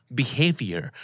behavior